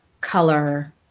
color